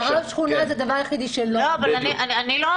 רב השכונה זה הדבר היחידי שלא --- בדיוק.